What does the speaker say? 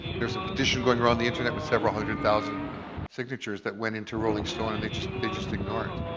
there's a petition going around the internet with several hundred thousand signatures that went into rolling stone and they just they just ignore it.